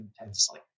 intensely